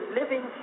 living